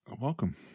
welcome